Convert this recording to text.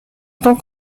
tant